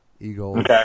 Eagles